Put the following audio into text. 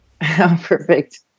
Perfect